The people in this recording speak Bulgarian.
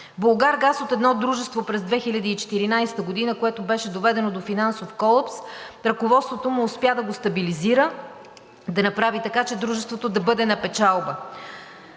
„Булгаргаз“ от едно дружество, което беше доведено до финансов колапс, ръководството му успя да го стабилизира, да направи така, че дружеството да бъде на печалба.